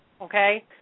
okay